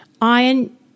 iron